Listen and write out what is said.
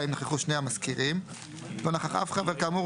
אם נכחו שני המזכירים; לא נכח אף אחד כאמור,